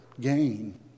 gain